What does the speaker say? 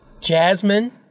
Jasmine